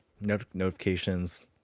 notifications